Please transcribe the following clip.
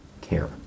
care